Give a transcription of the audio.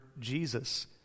Jesus